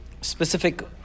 specific